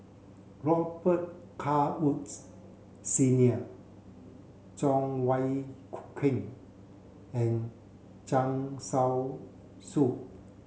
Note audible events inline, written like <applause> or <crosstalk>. Robet Carr Woods Senior Cheng Wai <unintelligible> Keung and Zhang <unintelligible>